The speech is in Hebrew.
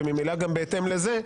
וממלא גם בהתאם לזה,